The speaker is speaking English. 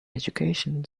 education